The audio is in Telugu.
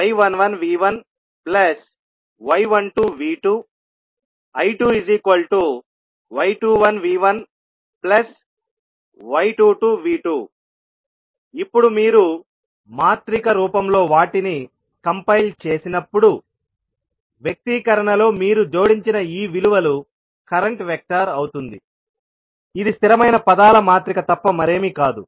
I1y11V1y12V2 I2y21V1y22V2 ఇప్పుడు మీరు మాత్రిక రూపంలో వాటిని కంపైల్ చేసినప్పుడు వ్యక్తీకరణలో మీరు జోడించిన ఈ విలువలు కరెంట్ వెక్టర్ అవుతుందిఇది స్థిరమైన పదాల మాత్రిక తప్ప మరేమీ కాదు